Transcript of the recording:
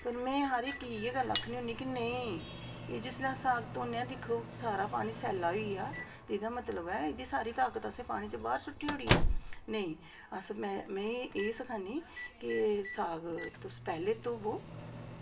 ते में एह् गल्ल की आक्खनी होनी की कि ते जिसलै साग धोने आं ते दिक्खो सारा पानी सैल्ला होई गेआ ते एह्दा मतलब ऐ की सारी ताकत असें पानी चा बाहर सुट्टी ओड़ी ऐ नेईं में एह् सखानी कि साग तुस पैह्लें धोई लैओ